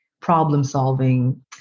problem-solving